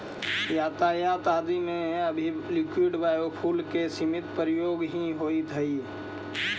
यातायात इत्यादि में अभी लिक्विड बायोफ्यूल के बहुत सीमित प्रयोग ही होइत हई